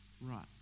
right